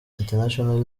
international